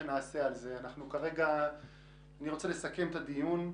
אני רוצה לסכם את הדיון.